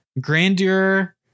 grandeur